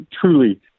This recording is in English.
truly